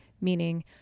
meaning